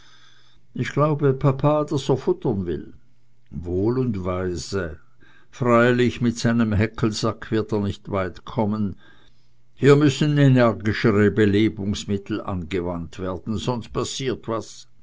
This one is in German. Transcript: ich glaube papa daß er futtern will wohl und weise freilich mit seinem häckselsack wird er nicht weit kommen hier müssen energischere belebungsmittel angewandt werden sonst passiert was